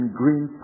green